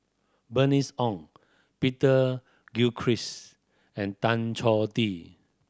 Bernice Ong Peter Gilchrist and Tan Choh Tee